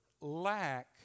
lack